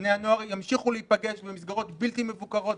בני הנוער ימשיכו להיפגש במסגרות בלתי מבוקרות,